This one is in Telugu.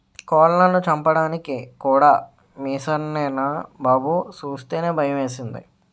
కోళ్లను చంపడానికి కూడా మిసన్లేరా బాబూ సూస్తేనే భయమేసింది